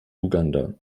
uganda